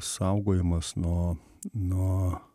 saugojimas nuo nuo